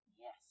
Yes